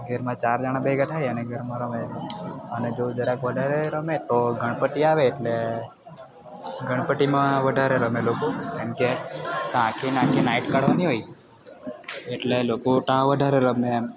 ઘેરમાં ચાર જણાં ભેગા થાય અને ઘરમાં રમે છે અને જો જરાક વધારે રમે તો ગણપતિ આવે એટલે ગણપતિમાં વધારે રમે લોકો કેમકે ત્યાં આખીને આખી નાઈટ કાઢવાની હોય એટલે લોકો ત્યાં વધારે રમે એમ